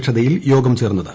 അധ്യക്ഷതയിൽ യോഗം ചേർന്നത്